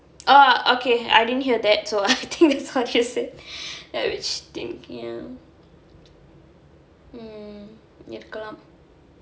orh okay I didn't hear that so I think that's what she said